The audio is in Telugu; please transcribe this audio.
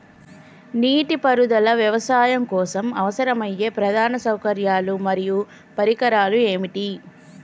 నీటిపారుదల వ్యవసాయం కోసం అవసరమయ్యే ప్రధాన సౌకర్యాలు మరియు పరికరాలు ఏమిటి?